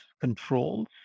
controls